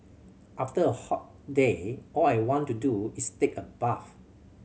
after a hot day all I want to do is take a bath